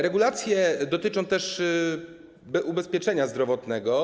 Regulacje dotyczą też ubezpieczenia zdrowotnego.